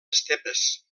estepes